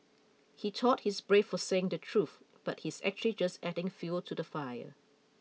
he thought he's brave for saying the truth but he's actually just adding fuel to the fire